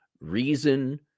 reason